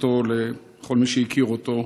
לכל מי שהכיר אותו.